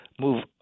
move